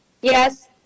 Yes